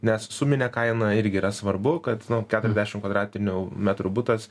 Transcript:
nes suminė kaina irgi yra svarbu kad nu keturiasdešimt kvadratinių metrų butas